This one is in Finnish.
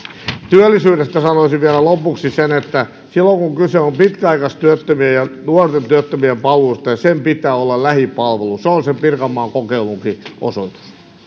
työllisyydestä sanoisin vielä lopuksi sen että silloin kun kyse on pitkäaikaistyöttömien ja nuorten työttömien palveluista niin sen pitää olla lähipalvelu se on pirkanmaan kokeilunkin osoitus